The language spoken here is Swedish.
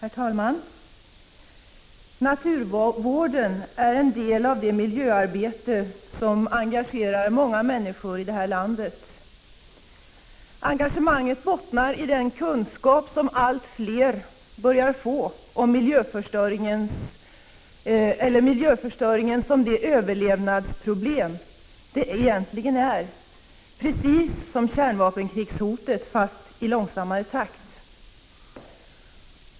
Herr talman! Naturvården är en del av det miljöarbete som engagerar 10 december 1985 många människor i det här landet. Engagemanget bottnaridenkunskapsom GG allt fler börjar få om miljöförstöringen som det överlevnadsproblem det är, precis som kärnvapenkrigshotet, fast en långsammare verkande.